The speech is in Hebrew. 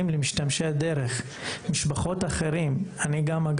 למשתמשי הדרך, למשפחות אחרות, לעשות תאונת דרכים.